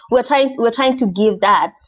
we're trying we're trying to give that,